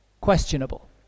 questionable